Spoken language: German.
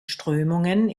strömungen